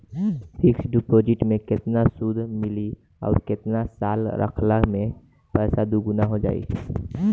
Fix deposit मे केतना सूद मिली आउर केतना साल रखला मे पैसा दोगुना हो जायी?